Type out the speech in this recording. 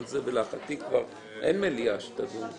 בנוסח לאחר ששמענו את כל הנימוקים.